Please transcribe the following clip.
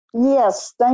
Yes